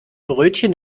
brötchen